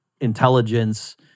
intelligence